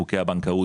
חוקי הבנקאות,